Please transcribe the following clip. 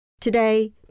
Today